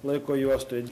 laiko juostoj